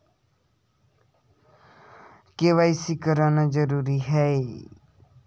KYC कराना जरूरी है का?